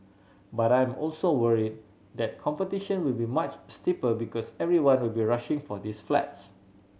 but I am also worried that competition will be much steeper because everyone will be rushing for these flats